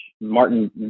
martin